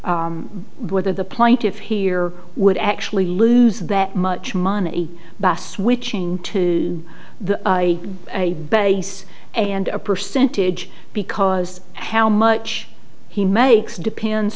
r whether the plaintiffs here would actually lose that much money but switching to the a base and a percentage because how much he makes depends